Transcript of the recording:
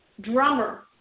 drummer